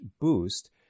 boost